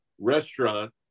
restaurant